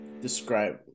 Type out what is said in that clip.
describe